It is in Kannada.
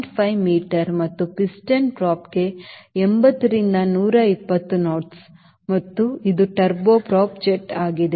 5 ಮೀಟರ್ ಮತ್ತು ಪಿಸ್ಟನ್ ಪ್ರಾಪ್ಗಾಗಿ 80 ರಿಂದ 120 knots ಮತ್ತು ಇದು ಟರ್ಬೊ ಪ್ರಾಪ್ ಜೆಟ್ ಆಗಿದೆ